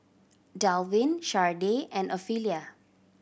Dalvin Shardae and Ofelia